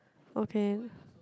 okay